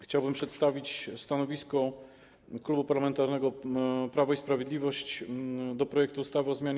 Chciałbym przedstawić stanowisko Klubu Parlamentarnego Prawo i Sprawiedliwość wobec projektu ustawy o zmianie